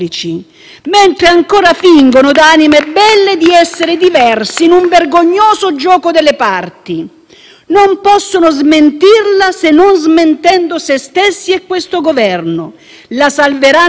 non possono smentirla se non smentendo se stessi e questo Governo. La salveranno dal processo ma non dal giudizio politico, un giudizio per noi indiscutibile.